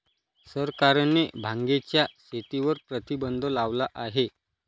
सरकारने भांगेच्या शेतीवर प्रतिबंध लावला आहे